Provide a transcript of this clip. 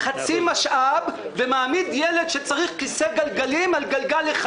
שזקוק לכיסא גלגלים על גלגל אחד.